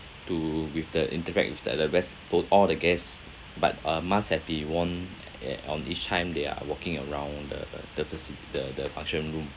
to with the interact with the like the rest for all the guests but uh must have been warned ya on each time they are walking around the the faci~ the the function room